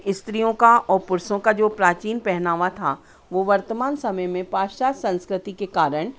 स्त्रियों का और पुरुषों का जो प्राचीन पहनावा था वह वर्तमान समय में पाश्चात्य संस्कृति के कारण